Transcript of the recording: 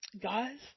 guys